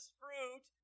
fruit